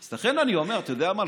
אז לכן אני אומר: אתה יודע מה?